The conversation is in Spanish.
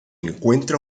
encuentra